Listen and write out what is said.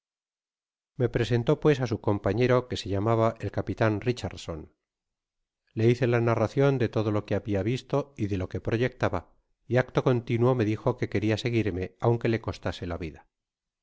me presentó pues á sn compañero que se llamaba el capitan hlcharcfson le hice la narracion de todo lo que habla visto y de lo que proyectaba y adio continuo me dijo que queria seguirme aunque le costase la vida